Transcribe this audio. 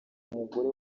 umugore